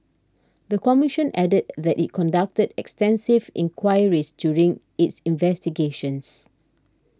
the commission added that it conducted extensive inquiries during its investigations